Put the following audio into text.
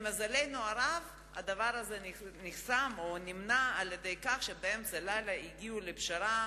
למזלנו הרב הדבר הזה נחסם או נמנע על-ידי כך שבאמצע הלילה הגיעו לפשרה,